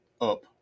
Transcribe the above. up